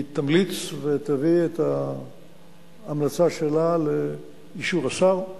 היא תמליץ ותביא את ההמלצה שלה לאישור השר,